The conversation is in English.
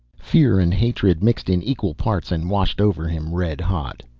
fear and hatred mixed in equal parts and washed over him red hot.